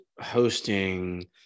hosting